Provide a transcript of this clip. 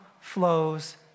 flows